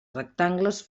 rectangles